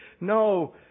No